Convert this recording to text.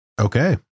okay